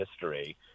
history